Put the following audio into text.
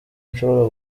nshobora